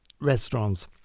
restaurants